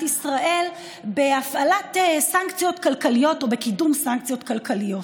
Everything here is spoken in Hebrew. ישראל בהפעלת סנקציות כלכליות ובקידום סנקציות כלכליות,